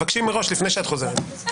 אני